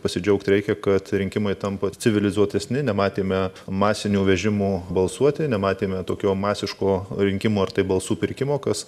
pasidžiaugti reikia kad rinkimai tampa civilizuotesni nematėme masinių vežimų balsuoti nematėme tokio masiško rinkimų ar tai balsų pirkimo kas